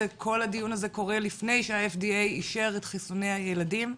כל הדיון הזה קורה לפני שה-FDA אישר את חיסוני הילדים,